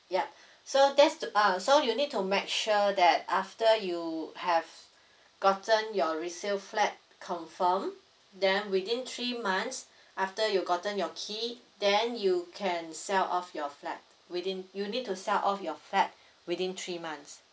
yup so that's to uh so you need to make sure that after you have gotten your resale flat confirmed then within three months after you gotten your key then you can sell off your flat within you need to sell off your flat within three months